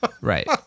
Right